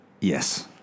Yes